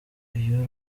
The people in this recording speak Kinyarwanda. iyo